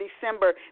December